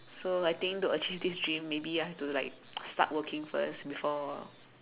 so I think to achieve this dreams maybe I have to like start working first before